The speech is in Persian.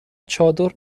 چادر